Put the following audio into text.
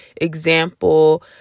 example